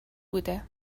بوده